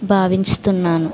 భావించుచున్నాను